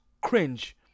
cringe